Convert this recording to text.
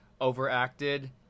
overacted